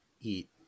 eat